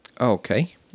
Okay